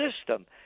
system